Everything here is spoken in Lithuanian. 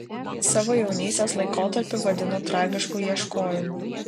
savo jaunystės laikotarpį vadinu tragišku ieškojimu